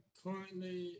currently